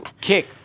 kick